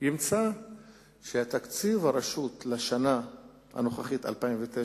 ימצא שתקציב הרשות לשנה הנוכחית, 2009,